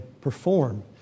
perform